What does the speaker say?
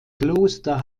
kloster